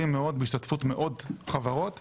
רק הקצרה, קודם כל תודה רבה --- לא,